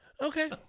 Okay